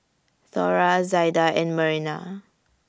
Thora Zaida and Myrna